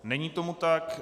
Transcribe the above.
Není tomu tak.